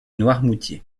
noirmoutier